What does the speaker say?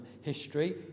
history